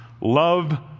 Love